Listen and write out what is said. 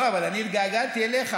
לא, אבל אני התגעגעתי אליך.